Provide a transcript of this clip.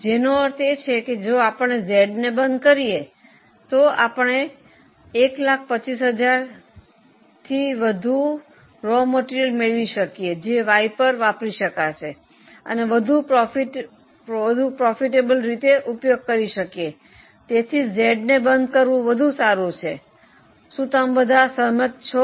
જેનો અર્થ છે કે જો આપણે Z ને બંધ કરીએ તો આપણે 125000 વધુ કાચા માલ મેળવી શકીએ જે Y પર વાપરી શકાશે અને વધુ નફાકારક રીતે ઉપયોગ કરી શકીએ તેથી Z ને બંધ કરવું વધુ સારું છે શું તમે બધા સહમત છો